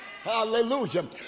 Hallelujah